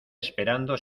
esperando